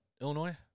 Illinois